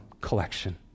collection